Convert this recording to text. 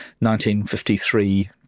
1953